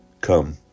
Come